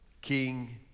King